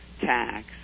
tax